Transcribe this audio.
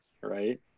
Right